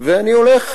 ואני הולך.